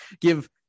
give